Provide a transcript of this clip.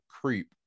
creep